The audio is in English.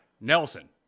Nelson